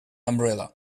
umbrella